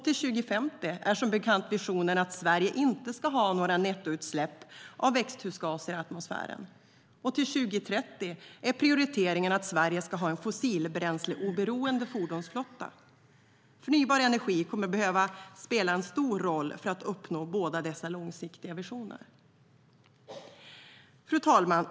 Till 2050 är som bekant visionen att Sverige inte ska ha några nettoutsläpp av växthusgaser i atmosfären. Till 2030 är prioriteringen att Sveriges ska ha en fossilbränsleoberoende fordonsflotta. Förnybar energi kommer att behöva spela en stor roll för att uppnå båda dessa långsiktiga visioner. Fru talman!